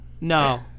No